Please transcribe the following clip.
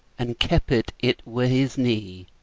and keppit it wi' his knee,